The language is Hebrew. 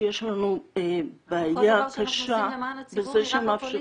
שיש לנו בעיה קשה בזה שמאפשרים